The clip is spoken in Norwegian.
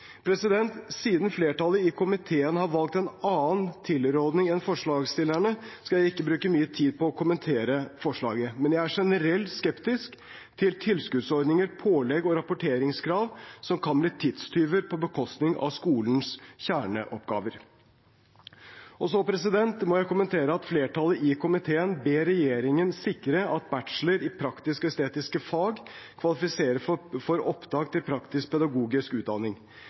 Siden flertallet i komiteen har valgt en annen tilråding enn forslagsstillerne, skal jeg ikke bruke mye tid på å kommentere forslaget. Men jeg er generelt skeptisk til tilskuddsordninger, pålegg og rapporteringskrav som kan bli tidstyver på bekostning av skolens kjerneoppgaver. Så må jeg kommentere at flertallet i komiteen ber regjeringen sikre at bachelor i praktiske og estetiske fag kvalifiserer for opptak til praktisk-pedagogisk utdanning.